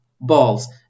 balls